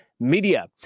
Media